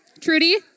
Trudy